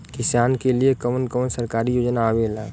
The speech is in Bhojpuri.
किसान के लिए कवन कवन सरकारी योजना आवेला?